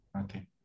okay